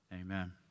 Amen